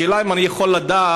השאלה היא אם אני יכול לדעת,